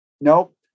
nope